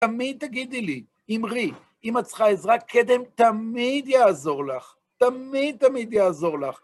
תמיד תגידי לי, אמרי, אם את צריכה עזרה, קדם תמיד יעזור לך, תמיד תמיד יעזור לך.